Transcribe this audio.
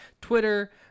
Twitter